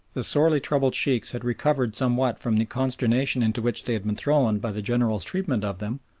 the sorely-troubled sheikhs had recovered somewhat from the consternation into which they had been thrown by the general's treatment of them,